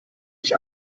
sich